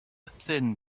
thin